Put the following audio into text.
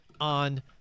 on